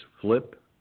flip